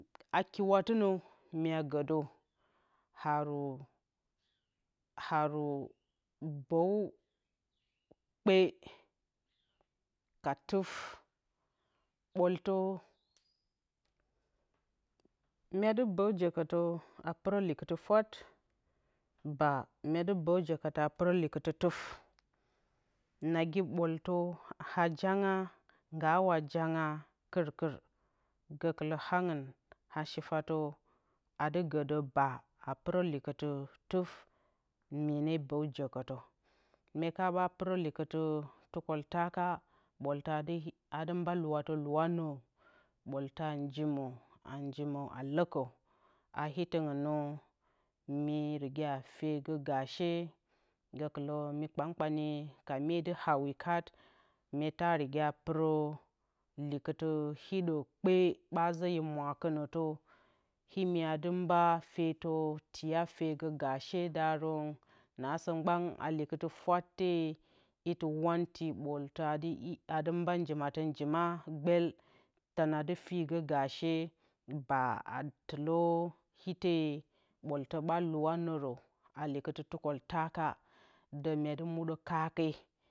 A kiwatɨnǝ mye gǝ dǝ haru haru bǝw kpe ka tufmyedɨ bǝ jǝkǝtǝ a pɨrǝ likɨtɨ fwat baa a pɨrǝ likɨtɨ tuf nagi ɓoolta a janga nagi nga janga kirkir gǝkɨlǝ angɨna shifatǝ adɨ gǝ dǝ baa a pɨrǝ likɨtɨ tufmyene bǝ jǝkǝtǝ mene pɨrǝ likɨtɨ tukǝltaka ɓooltǝ adɨ mba luwatǝ luwa nǝngrǝ ɓoolta a njima. njima lǝkǝ atɨ ngɨn nǝ mye fyeyagǝ gaashe gǝkɨlǝ mi kpakpanye ka mye dɨ hawi kat meta riga pɨrǝ likɨt tɨ hiɗo kpe ɓa zǝ e mwakɨnǝtǝ imi a dɨ mba fyetǝ tiya fyegǝ gaashedarǝn naasǝ mgban a lɨkɨtɨ fwate itɨ wanti ɓooltǝ adɨ mba njimatǝ njima gbel tɨna dɨ figǝ gaashee baa a tɨlǝ iteɓooltǝ ɓa luwa nǝngrǝ likɨttɨ tukǝltaka du myedɨ mudǝ kaake